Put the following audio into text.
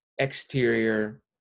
Exterior